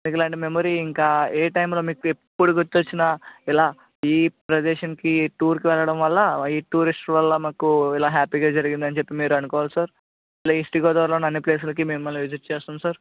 మీకు ఇలాంటి మెమొరీ ఇంకా ఏ టైంలో మీకు ఎప్పుడు గుర్తు వచ్చినా ఇలా ఈ ప్రదేశానికి ఈ టూర్కి వెళ్ళడం వల్ల ఈ టూరిస్ట్ వల్ల మాకు ఇలా హ్యాపీగా జరిగిందని చెప్పి మీరు అనుకోవాలి సార్ ఇలా ఈస్ట్ గోదావరిలో ఉన్నా అన్నీ ప్లేస్లకి మిమ్మల్ని విజిట్ చేస్తాము సార్